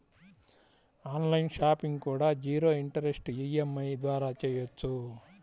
on line shopping కూడా zero interest EMI ద్వారా చెయ్యొచ్చు